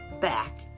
Back